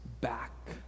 back